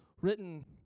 written